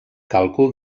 càlcul